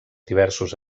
diversos